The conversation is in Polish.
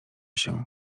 się